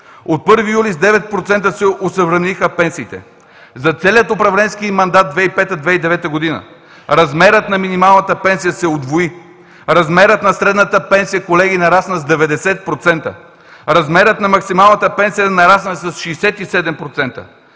От 1 юли с 9% се осъвремениха пенсиите. За целия управленски мандат 2005 – 2009 г. размерът на минималната пенсия се удвои. Размерът на средната пенсия, колеги, нарасна с 90%. Размерът на максималната пенсия нарасна с 67%.